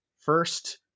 first